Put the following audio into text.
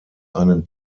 einen